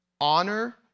honor